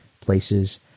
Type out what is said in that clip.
places